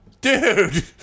Dude